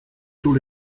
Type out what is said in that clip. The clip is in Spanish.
sus